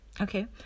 Okay